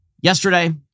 yesterday